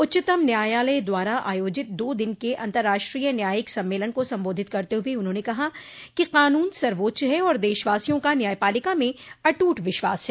उच्चतम न्यायालय द्वारा आयोजित दो दिन के अंतर्राष्ट्रीय न्याायिक सम्मेलन को संबोधित करते हुए उन्होंने कहा कि कानून सर्वोच्च है और देशवासियों का न्यायपालिका में अट्रट विश्वास है